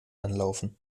anlaufen